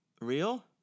Real